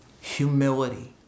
Humility